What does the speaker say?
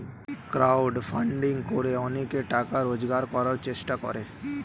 crowd funding করে অনেকে টাকা রোজগার করার চেষ্টা করে